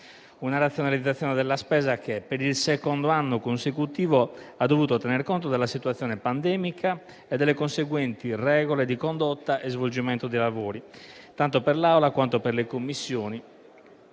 una razionalizzazione della spesa che, per il secondo anno consecutivo, ha dovuto tenere conto della situazione pandemica e delle conseguenti regole di condotta e svolgimento dei lavori, tanto per l'Assemblea quanto per le Commissioni.